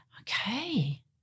Okay